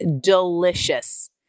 delicious